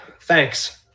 Thanks